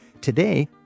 Today